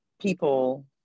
people